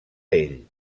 ell